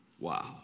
Wow